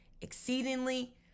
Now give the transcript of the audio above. Exceedingly